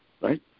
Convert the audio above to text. Right